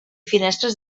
finestres